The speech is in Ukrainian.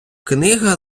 книга